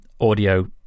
audio